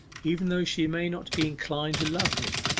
even though she may not be inclined to love him.